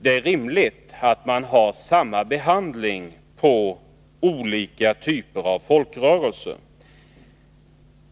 Det är rimligt att man har samma behandling för olika typer av folkrörelser.